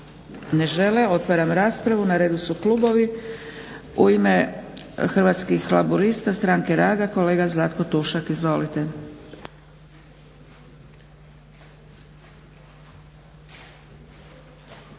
Ne žele. Otvaram raspravu. Na redu su klubovi. U ime Hrvatskih laburista-stranke rada kolega Zlatko Tušak. Izvolite.